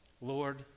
Lord